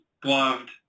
gloved